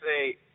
say